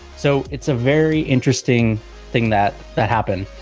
so it's a very interesting thing that that happened.